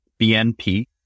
BNP